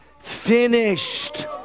finished